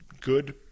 good